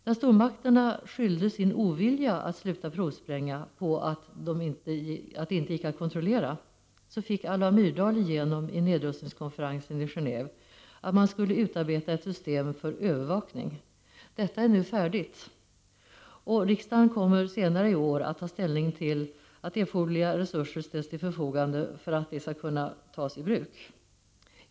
När stormakterna skyllde sin ovilja att sluta provspränga på att det inte gick att kontrollera, fick Alva Myrdal igenom i Nedrustningskonferensen i Genéåve att man skulle utarbeta ett system för övervakning. Detta är nu färdigt och riksdagen kommer senare i år att ta ställning till att erforderliga resurser ställs till förfogande för att det skall kunna tas i bruk.